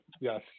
yes